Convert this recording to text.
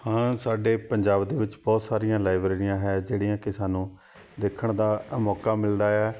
ਹਾਂ ਸਾਡੇ ਪੰਜਾਬ ਦੇ ਵਿੱਚ ਬਹੁਤ ਸਾਰੀਆਂ ਲਾਈਬ੍ਰੇਰੀਆਂ ਹੈ ਜਿਹੜੀਆਂ ਕਿ ਸਾਨੂੰ ਦੇਖਣ ਦਾ ਮੌਕਾ ਮਿਲਦਾ ਹੈ